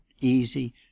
easy